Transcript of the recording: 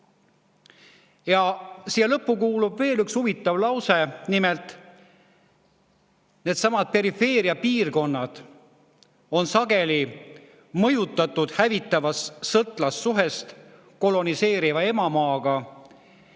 Ja siia lõppu kuulub veel üks huvitav lause, nimelt: needsamad perifeeriapiirkonnad on sageli mõjutatud hävitavast sõltlassuhtest koloniseeriva emamaaga –